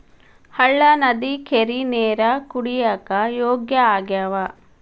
ಹಳ್ಳಾ ನದಿ ಕೆರಿ ನೇರ ಕುಡಿಯಾಕ ಯೋಗ್ಯ ಆಗ್ಯಾವ